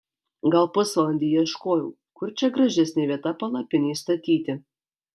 gal pusvalandį ieškojau kur čia gražesnė vieta palapinei statyti